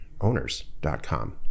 owners.com